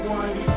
one